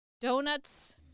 Donuts